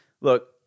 Look